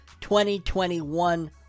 2021